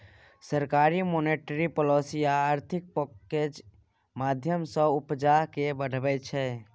सरकार monetary policy आ आर्थिक पैकैजक माध्यमँ सँ उपजा केँ बढ़ाबै छै